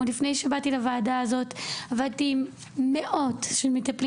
עוד לפני שבאתי לוועדה הזאת עבדתי עם מאות מטפלים